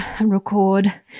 record